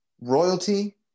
Royalty